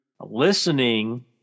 listening